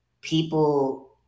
People